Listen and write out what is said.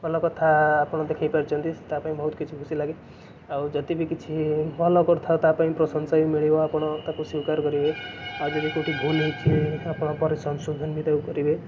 ଭଲ କଥା ଆପଣ ଦେଖାଇ ପାରିଛନ୍ତି ତା ପାଇଁ ବହୁତ କିଛି ଖୁସି ଲାଗେ ଆଉ ଯଦି ବି କିଛି ଭଲ କରୁଥାଅ ତା ପାଇଁ ବି ପ୍ରଶଂସା ବି ମିଳିବ ଆପଣ ତାକୁ ସ୍ଵିକାର କରିବେ ତା ଦେହେରେ କେଉଁଠି ଭୁଲ୍ ହେଇଛି ଆପଣ ତାର ସଂଶୋଧନ ବି ତାକୁ କରିବେ